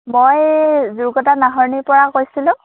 মই জোৰকটা নাহৰণিৰপৰা কৈছিলোঁ